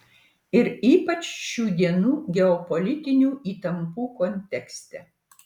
ir ypač šių dienų geopolitinių įtampų kontekste